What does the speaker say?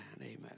Amen